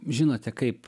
žinote kaip